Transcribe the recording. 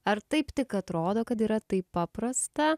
ar taip tik atrodo kad yra taip paprasta